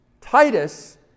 Titus